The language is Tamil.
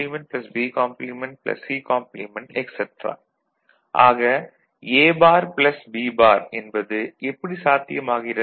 ABC ஆக A பார் ப்ளஸ் B பார் என்பது எப்படி சாத்தியமாகிறது